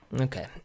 okay